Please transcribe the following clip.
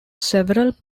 several